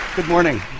good morning.